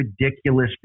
ridiculous